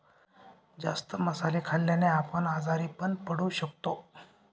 जास्त मसाले खाल्ल्याने आपण आजारी पण पडू शकतो